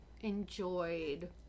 enjoyed